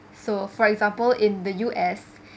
so for example in the U_S